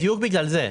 בדיוק בגלל זה.